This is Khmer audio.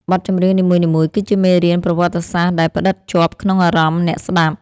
បទចម្រៀងនីមួយៗគឺជាមេរៀនប្រវត្តិសាស្ត្រដែលផ្ដិតជាប់ក្នុងអារម្មណ៍អ្នកស្ដាប់។